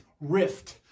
rift